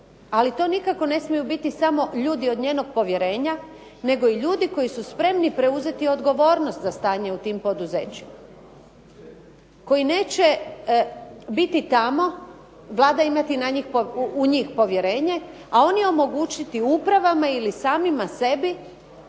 ali to nikako ne smiju biti samo ljudi od njenog povjerenja nego i ljudi koji su spremni preuzeti odgovornost za stanje u tim poduzećima, koji neće biti tamo, Vlada imati na njih, u njih povjerenje, a oni omogućiti upravama ili samima sebi